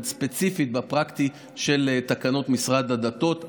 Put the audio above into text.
ספציפית בפרקטיקה של תקנות משרד הדתות.